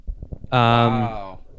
Wow